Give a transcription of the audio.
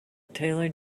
taylor